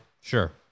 Sure